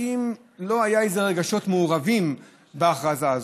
האם לא היו רגשות מעורבים בהכרזה הזאת?